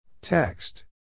Text